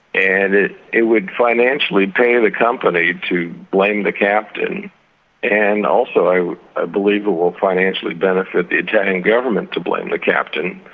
and it it would financially pay the company to blame the captain and also i i believe it will financially benefit the italian government to blame the captain,